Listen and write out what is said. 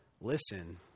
listen